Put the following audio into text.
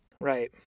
right